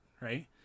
Right